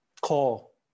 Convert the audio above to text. call